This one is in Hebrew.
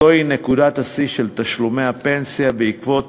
זוהי נקודת השיא של תשלומי הפנסיה בעקבות